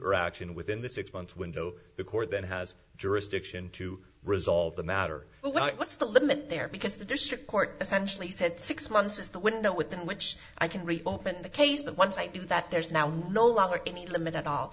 or action within the six month window the court then has jurisdiction to resolve the matter well what's the limit there because the district court essentially said six months is the window with which i can reopen the case but once i do that there is now no longer any limit at all